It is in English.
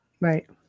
Right